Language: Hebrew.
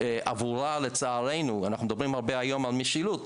אנחנו מדברים הרבה היום על משילות,